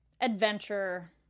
adventure